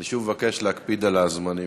אני שוב מבקש להקפיד על הזמנים.